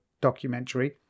documentary